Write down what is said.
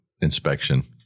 inspection